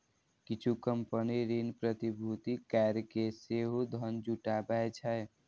किछु कंपनी ऋण प्रतिभूति कैरके सेहो धन जुटाबै छै